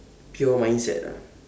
pure mindset ah